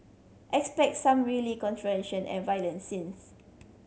expect some really controversial and violent scenes